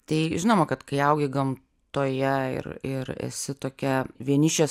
tai žinoma kad kai augi gamtoje ir ir esi tokia vienišės